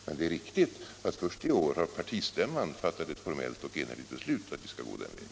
Men det är riktigt att först i år har partistämman fattat ett formellt och enhälligt beslut om att vi skall gå den vägen.